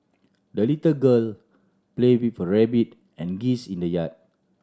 the little girl played with her rabbit and geese in the yard